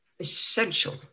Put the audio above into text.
essential